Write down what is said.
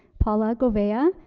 paula gouveia,